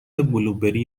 بلوبری